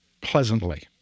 pleasantly